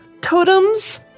totems